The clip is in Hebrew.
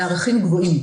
לערכים גבוהים.